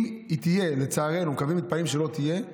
אם היא תהיה, לצערי, מקווים ומתפללים שלא כך,